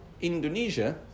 Indonesia